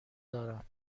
دارم